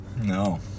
No